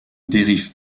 dérive